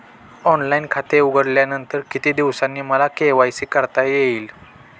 Online खाते उघडल्यानंतर किती दिवसांनी मला के.वाय.सी करता येईल?